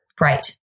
right